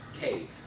cave